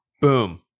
boom